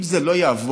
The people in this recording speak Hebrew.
אם זה לא יעבור,